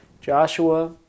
Joshua